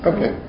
Okay